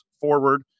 forward